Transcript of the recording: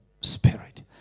Spirit